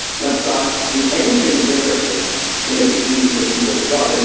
let's not do anything differently to make it easy for people to vote. and